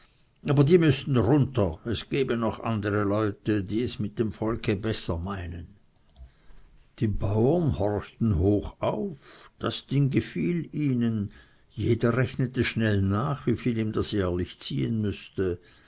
aber die müßten runter es gebe noch andere leute die es mit dem volke besser meinten die bauern horchten hoch auf das ding gefiel ihnen jeder rechnete schnell nach wie viel ihm das jährlich ziehen müßte